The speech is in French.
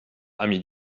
ami